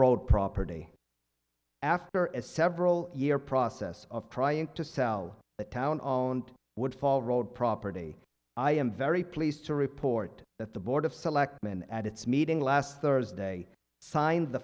road property after as several year process of trying to sell the town on would fall road property i am very pleased to report that the board of selectmen at its meeting last thursday signed the